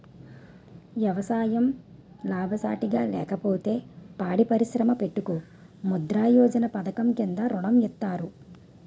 ఎవసాయం లాభసాటిగా లేకపోతే పాడి పరిశ్రమ పెట్టుకో ముద్రా యోజన పధకము కింద ఋణం ఇత్తారు